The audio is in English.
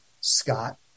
Scott